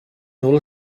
nôl